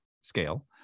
scale